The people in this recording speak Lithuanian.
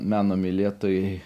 meno mylėtojai